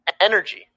Energy